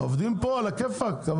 העובדים פה, עלא כיפאק.